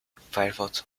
firefox